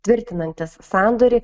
tvirtinantis sandorį